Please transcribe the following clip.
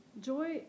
Joy